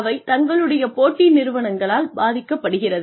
அவை தங்களுடைய போட்டி நிறுவனங்களால் பாதிக்கப்படுகிறது